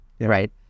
right